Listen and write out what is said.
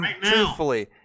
truthfully